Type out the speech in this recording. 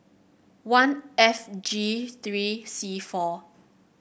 one F G three C four